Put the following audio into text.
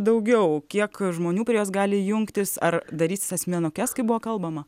daugiau kiek žmonių prie jos gali jungtis ar darysis asmenukes kaip buvo kalbama